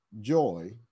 joy